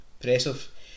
Impressive